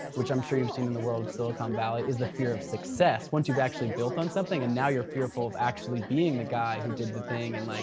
which i'm sure you've seen in the world of silicon valley, which is the fear of success. once you've actually built on something and now you're fearful of actually being the guy who did the thing and, like